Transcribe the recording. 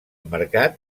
mercat